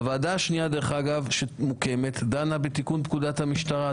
הוועדה השנייה שמוקמת דנה בתיקון פקודת המשטרה.